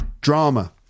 Drama